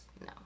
no